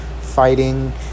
fighting